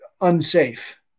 unsafe